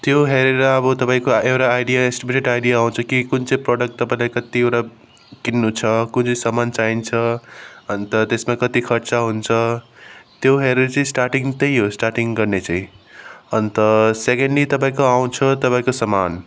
त्यो हेरेर अब तपाईँकोको एउटा आइडिया आइडिया आउँछ कि कुन चाहिँ प्रडक्ट तपाईँले कतिवटा किन्नु छ कुन चाहिँ सामान चाहिन्छ अन्त त्यसमा कति खर्च हुन्छ त्यो हेरेर चाहिँ स्टार्टिङ त्यही हो स्टार्टिङ गर्ने चाहिँ अन्त सेकेन्डली तपाईँको आउँछ तपाईँको सामान